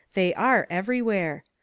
they are, everywhere.